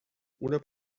una